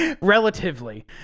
relatively